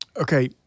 Okay